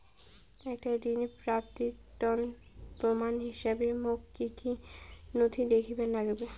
একটা ঋণ প্রাপ্তির তন্ন প্রমাণ হিসাবে মোক কী কী নথি দেখেবার নাগিবে?